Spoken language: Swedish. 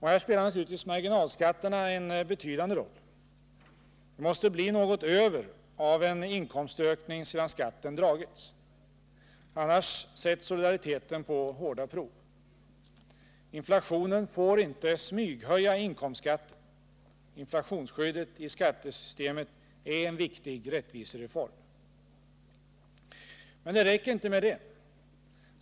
Här spelar naturligtvis marginalskatterna en betydande roll. Det måste bli något över av en inkomstökning sedan skatten dragits, annars sätts solidariteten på hårda prov. Inflationen får inte smyghöja inkomstskatten. Inflationsskyddet i skattesystemet är en viktig rättvisereform. Men det räcker inte med detta.